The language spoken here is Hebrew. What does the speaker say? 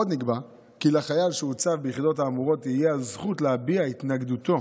עוד נקבע כי לחייל שהוצב ביחידות האמורות תהיה הזכות להביע את התנגדותו